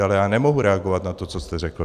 Ale já nemohu reagovat na to, co jste řekl.